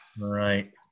right